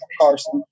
Carson